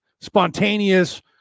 spontaneous